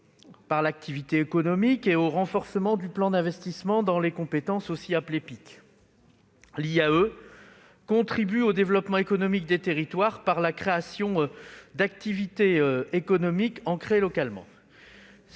par l'activité économique (IAE) et au renforcement du plan d'investissement dans les compétences (PIC). L'IAE contribue au développement économique des territoires par la création d'activités économiques ancrées localement.